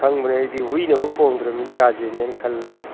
ꯈꯪꯕꯅꯤ ꯑꯩꯗꯤ ꯍꯨꯏꯅꯐꯥꯎ ꯈꯣꯡꯗ꯭ꯔꯃꯤꯅꯦ ꯔꯥꯖꯦꯟꯅꯦꯅ ꯈꯜꯂꯒ ꯑꯩ